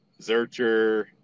Zercher